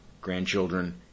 grandchildren